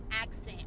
accent